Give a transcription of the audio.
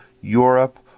Europe